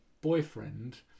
boyfriend